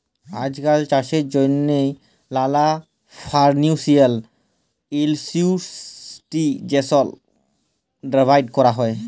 আইজকাল চাষের জ্যনহে লালা আর্টিফিসিয়াল ইলটেলিজেলস ব্যাভার ক্যরা হ্যয়